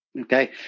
Okay